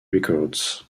records